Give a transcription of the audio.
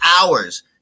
hours